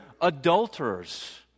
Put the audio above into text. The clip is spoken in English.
adulterers